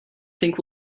think